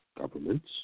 governments